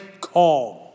calm